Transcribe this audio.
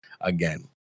again